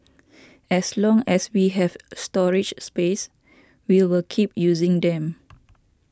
as long as we have storage space we will keep using them